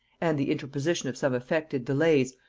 and the interposition of some affected delays,